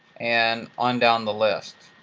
and on down the list.